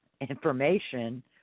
information